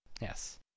Yes